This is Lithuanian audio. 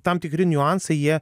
tam tikri niuansai jie